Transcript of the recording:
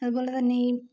അത്പോലെതന്നെ ഈ